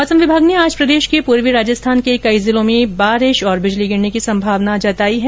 मौसम विभाग ने आज प्रदेश के पूर्वी राजस्थान के कई जिलों में बारिश और बिजली गिरने की संभावना जताई है